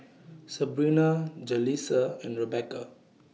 Sebrina Jalissa and Rebecca